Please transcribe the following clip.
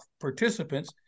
participants